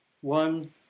One